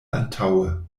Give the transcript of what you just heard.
antaŭe